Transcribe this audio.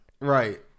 Right